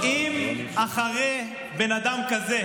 אם בן אדם כזה,